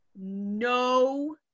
no